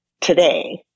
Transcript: today